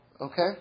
Okay